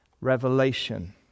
revelation